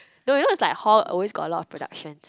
know you know it's like hall always got a lot of productions